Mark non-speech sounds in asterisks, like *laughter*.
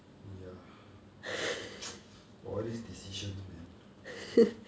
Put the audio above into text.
oh ya *noise* !wah! all these decisions man